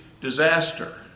disaster